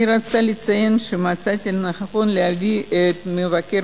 אני רוצה לציין שמצאתי לנכון להביא את מבקר